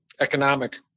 economic